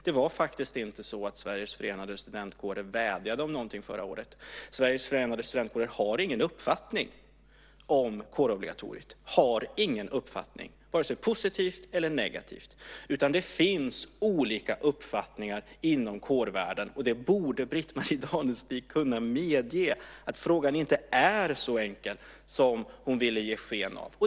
Det var faktiskt inte så att Sveriges förenade studentkårer vädjade om någonting förra året. SFS har ingen uppfattning om kårobligatoriet, vare sig positiv eller negativ. Det finns olika uppfattningar inom kårvärlden, och Britt-Marie Danestig borde kunna medge att frågan inte är så enkel som hon vill ge sken av.